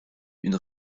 une